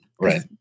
Right